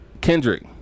Kendrick